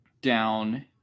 down